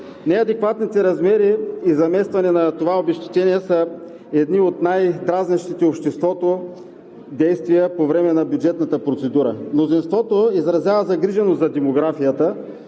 Неадекватните размери и заместване на това обезщетение са едни от най-дразнещите обществото действия по време на бюджетната процедура. Обществото изразява загриженост за демографията,